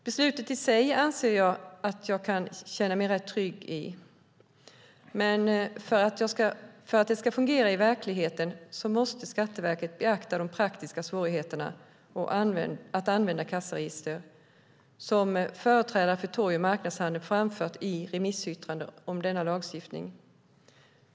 Beslutet i sig anser jag att jag kan känna mig rätt trygg med, men för att det ska fungera i verkligheten måste Skatteverket beakta de praktiska svårigheterna att använda kassaregister som företrädare för torg och marknadshandeln framfört i remissyttrande om denna lagstiftning.